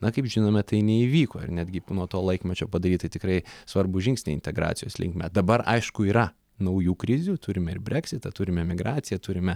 na kaip žinome tai neįvyko ir netgi nuo to laikmečio padaryti tikrai svarbūs žingsniai integracijos linkme dabar aišku yra naujų krizių turime ir breksitą turime emigraciją turime